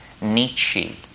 Nietzsche